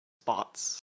spots